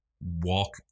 walk